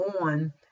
on